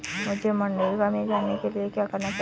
मुझे मनरेगा में जाने के लिए क्या करना होगा?